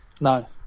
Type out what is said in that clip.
No